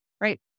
right